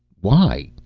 why?